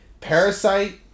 Parasite